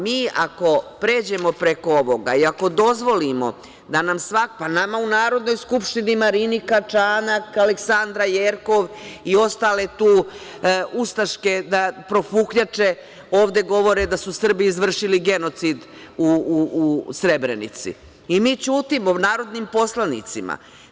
Mi ako pređemo preko ovoga i ako dozvolimo da nam svako, nama u Narodnoj skupštini Marinika, Čanak, Aleksandra Jerkov i ostale tu ustaške profuknjačke ovde govore da su Srbi izvršili genocid u Srebrenici i mi ćutimo, narodnim poslanicima.